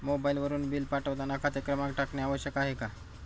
मोबाईलवरून बिल पाठवताना खाते क्रमांक टाकणे आवश्यक आहे का?